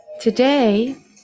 Today